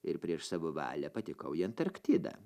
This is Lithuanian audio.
ir prieš savo valią patekau į antarktidą